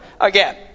again